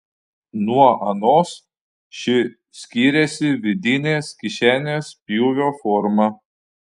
nuo anos ši skyrėsi vidinės kišenės pjūvio forma